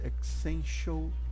essential